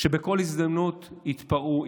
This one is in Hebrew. שבכל הזדמנות התפרעו,